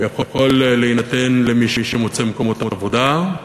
הוא יכול להינתן למי שמוצא מקומות עבודה,